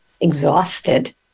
exhausted